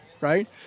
right